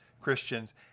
Christians